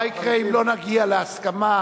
מה יקרה אם לא נגיע להסכמה?